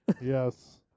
Yes